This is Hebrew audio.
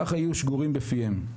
וכך היו שגורים בפיהם.